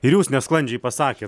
ir jūs nesklandžiai pasakėt